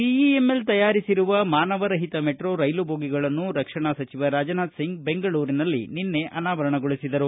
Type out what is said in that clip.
BEML ತಯಾರಿಸಿರುವ ಮಾನವರಹಿತ metro ರೈಲು ಬೋಗಿಗಳನ್ನು ರಕ್ಷಣಾ ಸಚಿವ ರಾಜನಾಥ್ ಸಿಂಗ್ ಬೆಂಗಳೂರಿನಲ್ಲಿ ನಿನ್ನೆ ಅನಾವರಣಗೊಳಿಸಿದರು